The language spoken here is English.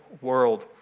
world